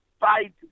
Fight